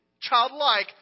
Childlike